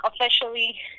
officially